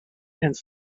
and